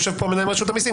יושב פה מנהל רשות המסים.